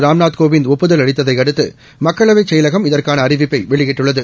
ராம்நாத் கோவிந்த் ஒப்புதல் அளித்ததையடுத்து செயலகம் இதற்கான அறிவிப்பெ வெளியிட்டுள்ளது